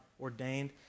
ordained